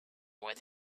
with